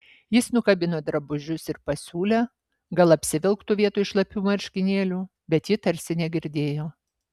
jis nukabino drabužius ir pasiūlė gal apsivilktų vietoj šlapių marškinėlių bet ji tarsi negirdėjo